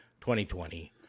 2020